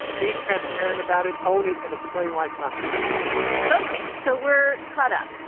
be transparent about it, own it and explain why it's not going to happen again ok so we're cut up